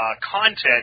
content